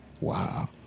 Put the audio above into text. Wow